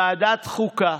ועדת חוקה,